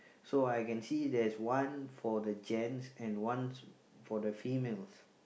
so I can see there is one for the gents and ones for the females